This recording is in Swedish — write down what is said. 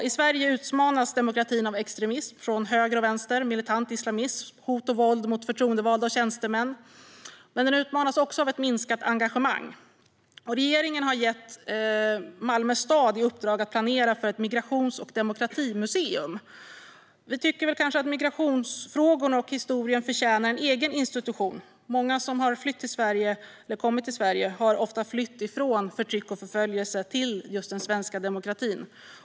I Sverige utmanas demokratin av extremism från höger och vänster, av militant islamism liksom av hot och våld mot förtroendevalda och tjänstemän. Men demokratin utmanas också av ett minskat engagemang. Regeringen har gett Malmö stad i uppdrag att planera för ett migrations och demokratimuseum. Vi tycker kanske att migrationsfrågorna och migrationshistorien förtjänar en egen institution. Många som har kommit till Sverige har flytt från förtryck och förföljelse till just den svenska demokratin.